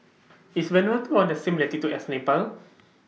IS Vanuatu on The same latitude as Nepal